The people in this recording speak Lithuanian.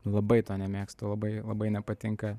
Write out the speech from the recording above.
labai to nemėgstu labai labai nepatinka